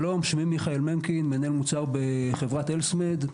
שלום, אני מנהל מוצר בחברת אלסמד.